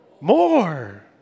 more